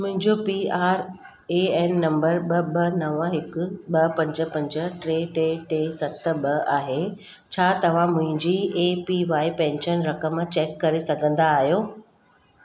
मुंहिंजो P R A N number ॿ ॿ नव हिकु ॿ पंज पंज टे टे टे सत ॿ आहे छा तव्हां मुंहिंजी ए पी वाय पेंशन रक़म चेक करे सघंदा आहियो